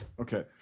Okay